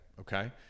okay